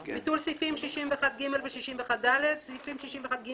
"ביטול סעיפים 61ג ו- 61ד סעיפים 61ג